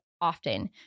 often